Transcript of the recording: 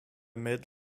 mid